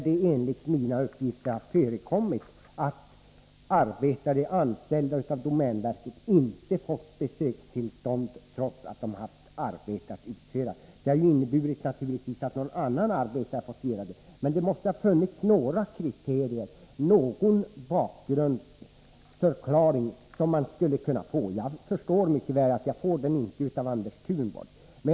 Det har då inneburit att någon annan arbetare fått utföra arbetet. Det måste ha funnits några kriterier att gå efter. Det måste finnas någon förklaring, men jag förstår mycket väl att jag inte får den av Anders Thunborg.